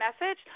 Message